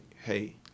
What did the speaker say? hey